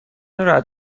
رعد